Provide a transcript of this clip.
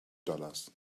dollars